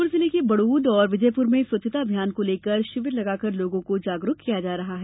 श्योपुर जिले के बड़ोदा और विजयपुर में स्वच्छता अभियान को लेकर शिविर लगाकर लोगों को जागरूक किया जा रहा है